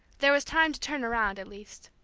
there was time to turn around, at least.